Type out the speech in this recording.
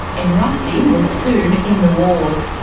and rusty was soon in the wars.